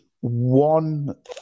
One